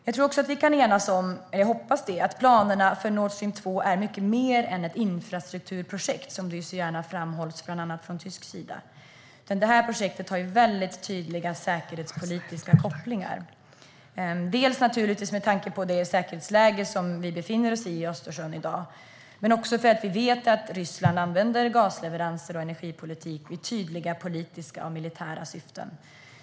Jag hoppas och tror att vi också kan enas om att planerna för Nordstream 2 är mycket mer än ett infrastrukturprojekt, vilket det gärna framhålls som, bland annat från tysk sida. Det här projektet har tydliga säkerhetspolitiska kopplingar, med tanke på det säkerhetsläge runt Östersjön som vi befinner oss i dag i. Men vi vet också att Ryssland använder gasleveranser och energipolitik i tydliga politiska och militära syften.